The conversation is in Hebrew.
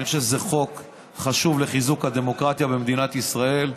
אני חושב שזה חוק חשוב לחיזוק הדמוקרטיה במדינת ישראל.